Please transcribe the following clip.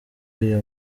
uyu